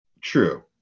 true